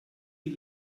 die